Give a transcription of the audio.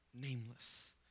nameless